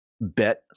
bet